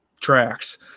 Tracks